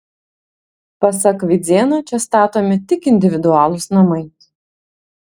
pasak vidzėno čia statomi tik individualūs namai